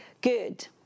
good